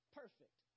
perfect